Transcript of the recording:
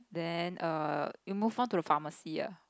then err you move on to the pharmacy ah